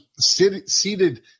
seated